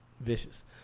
vicious